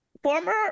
Former